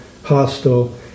Hostile